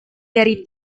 dari